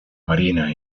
marina